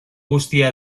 guztia